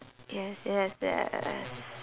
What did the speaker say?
yes yes yes